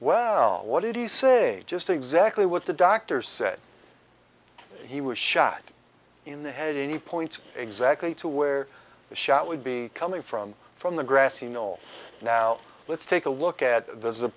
well what did he say just exactly what the doctor said he was shot in the head any points exactly to where the shot would be coming from from the grassy knoll now let's take a look at the